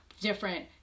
different